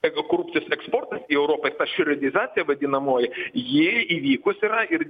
jeigu korupcijos eksportas į europą ta šriodizacija vadinamoji ji įvykus yra ir